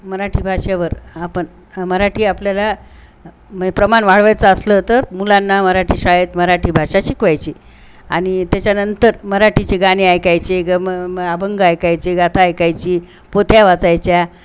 मराठी भाषे वर आपण मराठी आपल्याला म प्रमाण वाढवायचं असलं तर मुलांना मराठी शाळेत मराठी भाषा शिकवायची आणि त्याच्यानंतर मराठीचे गाणे ऐकायचे ग म अभंग ऐकायचे गाथा ऐकायची पोथ्या वाचायच्या